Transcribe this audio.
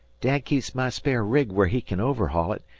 dad keeps my spare rig where he kin overhaul it,